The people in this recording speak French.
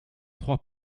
trois